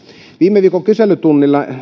viime viikon kyselytunnilla